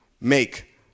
make